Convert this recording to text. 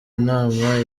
inama